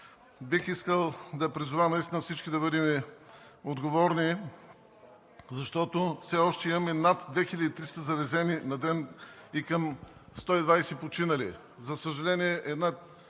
Бих искал да призова наистина всички да бъдем отговорни, защото все още имаме над 2300 заразени на ден и към 120 починали. За съжаление, една